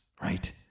right